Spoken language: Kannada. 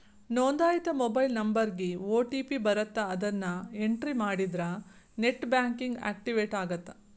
ನೋಂದಾಯಿತ ಮೊಬೈಲ್ ನಂಬರ್ಗಿ ಓ.ಟಿ.ಪಿ ಬರತ್ತ ಅದನ್ನ ಎಂಟ್ರಿ ಮಾಡಿದ್ರ ನೆಟ್ ಬ್ಯಾಂಕಿಂಗ್ ಆಕ್ಟಿವೇಟ್ ಆಗತ್ತ